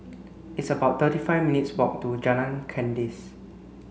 it's about thirty five minutes' walk to Jalan Kandis